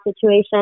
situation